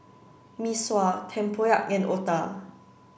Mee Sua Tempoyak and Otah